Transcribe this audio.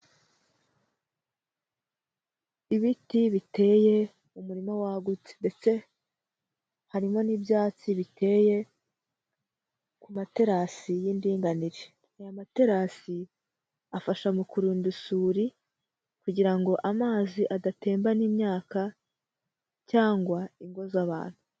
Ibiti biteye mu murima wagutse ndetse harimo n'ibyatsi biteye ku materasi y'indinganire, aya materasi afasha mu kurinda isuri kugira ngo amazi adatembana imyaka cyangwa ingo z'abantu.